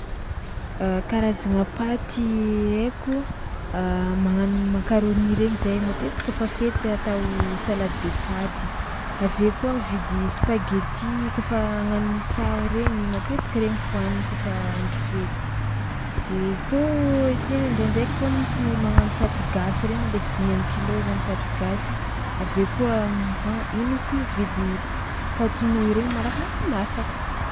A karazagna paty haiko: magnano macaroni regny zay matetiky kaofa fety atao salade de paty, avy eo koa mividy spaghetti kaofa hagnano misao regny matetiky regny fohanina kaofa andro fety de eo koa ity na ndraindraiky koa misy magnano paty gasy regny le vidiagna am'kilao zany paty gasy, avy eo koa mana- ino izy ty mividy paty nouille regny malakilaky masaka.